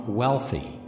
wealthy